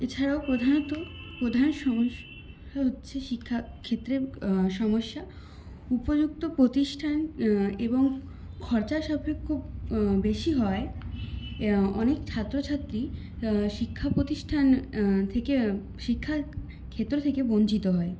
এছাড়াও প্রধানত প্রধান সমস্যা হচ্ছে শিক্ষাক্ষেত্রে সমস্যা উপযুক্ত প্রতিষ্ঠান এবং খরচাসাপেক্ষ বেশি হয় অনেক ছাত্রছাত্রী শিক্ষা প্রতিষ্ঠান থেকে শিক্ষাক্ষেত্র থেকে বঞ্চিত হয়